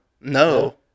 No